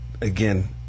again